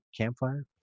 Campfire